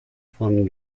von